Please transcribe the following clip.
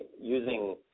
using